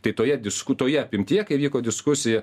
tai toje disku toje apimtyje kai vyko diskusija